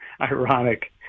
ironic